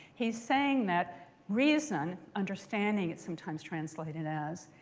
he's saying that reason, understanding it's sometimes translated as,